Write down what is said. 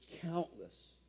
countless